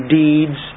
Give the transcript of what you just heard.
deeds